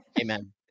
Amen